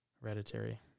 Hereditary